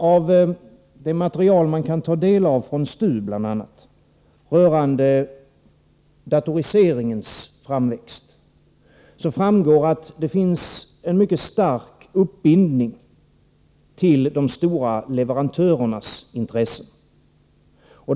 Av det material som man kan ta del av bl.a. från STU rörande datoriseringens framväxt framgår att det finns en mycket stark uppbindning till de stora leverantörernas intressen.